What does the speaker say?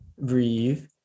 breathe